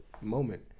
moment